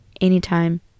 anytime